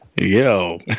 Yo